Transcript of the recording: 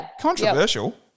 Controversial